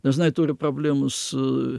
dažnai turi problemų s